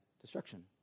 destruction